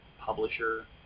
publisher